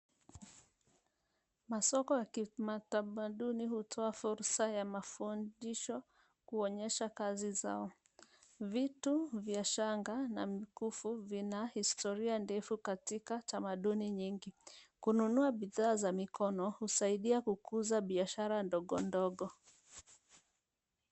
Masoko ya kimatamaduni hutoa fursa ya mafundisho kuonyesha kazi zao. Vitu vya shanga na mikufu vina historia ndefu katika utamaduni nyingi. Kununua bidhaa za mikono husaidia kukuza biashara ndogo ndogo.